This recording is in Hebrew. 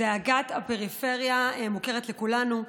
זעקת הפריפריה מוכרת לכולנו,